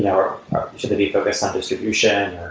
you know or should they be focused on distribution,